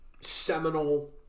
seminal